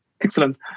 excellent